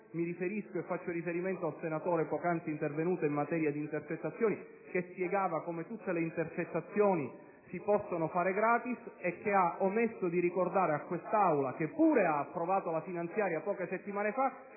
Mi riferisco altresì all'intervento del senatore Carofiglio in materia di intercettazioni, che spiegava come tutte le intercettazioni si possano fare gratis, ma che ha omesso di ricordare a quest'Aula, che pure ha approvato la finanziaria poche settimane fa,